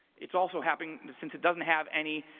it's also happening, since it doesn't have any